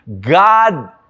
God